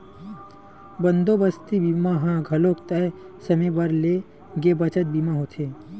बंदोबस्ती बीमा ह घलोक तय समे बर ले गे बचत बीमा होथे